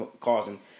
causing